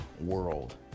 world